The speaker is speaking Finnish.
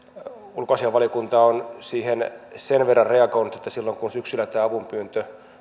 ulkoasiainvaliokunta on siihen sen verran reagoinut että kun silloin syksyllä tämä avunpyyntö